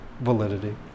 validity